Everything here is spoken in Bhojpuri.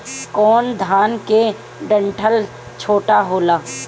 कौन धान के डंठल छोटा होला?